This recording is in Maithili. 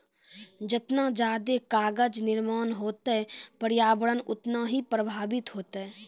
जतना जादे कागज निर्माण होतै प्रर्यावरण उतना ही प्रभाबित होतै